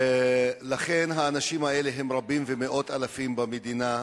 האנשים האלה רבים, מאות אלפים במדינה.